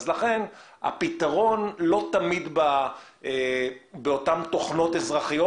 כך שהפתרון לא נמצא תמיד באותן תוכנות אזרחיות,